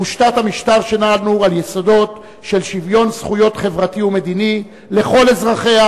מושתת המשטר שלנו על יסודות של "שוויון זכויות חברתי ומדיני לכל אזרחיה,